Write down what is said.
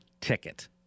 ticket